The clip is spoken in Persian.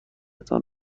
تان